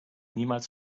niemals